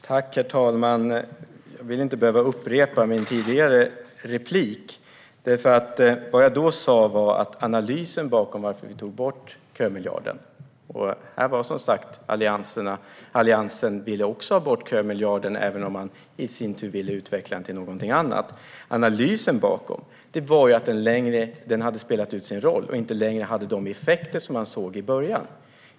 Herr talman! Jag vill inte behöva upprepa min tidigare replik, där jag talade om analysen bakom att vi tog bort kömiljarden. Som sagt ville även Alliansen ha bort kömiljarden, även om man i sin tur ville utveckla den till någonting annat. Analysen var att den hade spelat ut sin roll och inte längre hade de effekter som man såg i början.